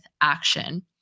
action